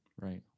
Right